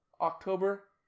October